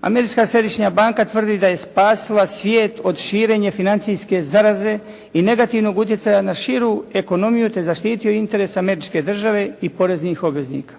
Američka središnja banka tvrdi da je spasila svijet od širenja financijske zaraze i negativnog utjecaja na širu ekonomiju te zaštitio interes Američke države i poreznih obveznika.